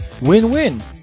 Win-win